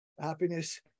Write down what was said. happiness